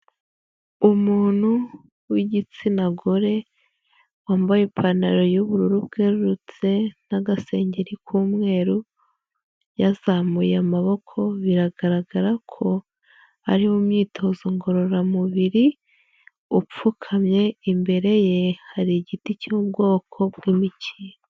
Umuntu w'igitsina gore wambaye ipantaro y'ubururu bwererutse n'agasengeri k'umweru, yazamuye amaboko, biragaragara ko ari mu myitozo ngororamubiri upfukamye, imbere ye hari igiti cy'ubwoko bw'imikindo.